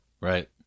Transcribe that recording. Right